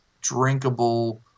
drinkable